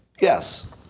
Yes